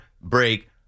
break